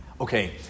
Okay